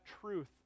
truth